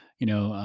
you know,